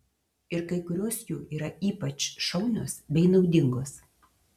ir kai kurios jų yra ypač šaunios bei naudingos